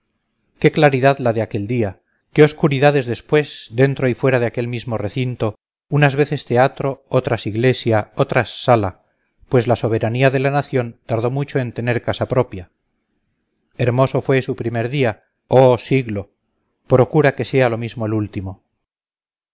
qué claridad la de aquel día qué oscuridades después dentro y fuera de aquel mismo recinto unas veces teatro otras iglesia otras sala pues la soberanía de la nación tardó mucho en tener casa propia hermoso fue tu primer día oh siglo procura que sea lo mismo el último